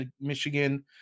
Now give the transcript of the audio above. Michigan